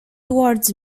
towards